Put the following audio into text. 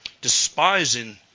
despising